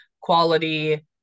quality